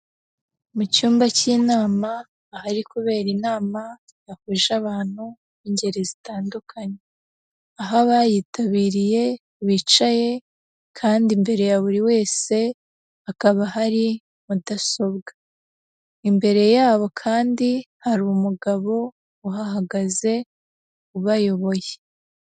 Mu cyumba cy'inama ahari kubera inama yahuje abantu b'ingeri zitandukanye, aho abayitabiriye bicaye kandi imbere ya buri wese hakaba hari mudasobwa, imbere yabo kandi hari umugabo uhahagaze ubayoboye.